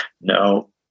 No